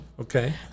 Okay